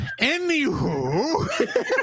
Anywho